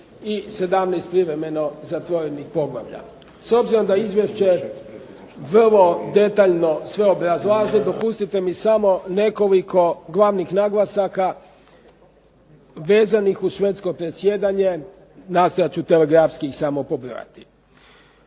i 17 privremeno zatvorenih poglavlja. S obzirom da izvješće vrlo detaljno sve obrazlažem, dopustite mi samo nekoliko glavnih naglasaka vezanih uz švedsko predsjedanje, nastojat ću …/Govornik se ne razumije./… ih samo pobrojati.